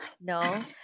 No